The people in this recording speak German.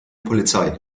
polizei